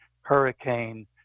hurricane